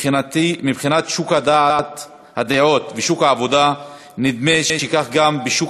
מבחינת שוק הדעות ושוק העבודה, נדמה שכך גם ב"שוק"